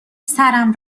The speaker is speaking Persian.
سرم